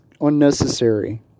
unnecessary